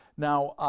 now,